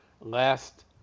last